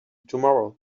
tomorrow